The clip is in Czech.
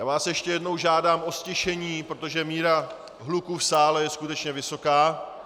Já vás ještě jednou žádám o ztišení, protože míra hluku v sále je skutečně vysoká...